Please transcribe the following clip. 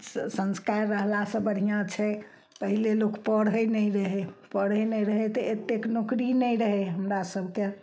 संस्कार रहलासँ बढ़िआँ छै पहिले लोक पढ़य नहि रहय पढ़य नहि रहय तऽ एतेक नौकरी नहि रहय हमरा सबके